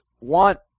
want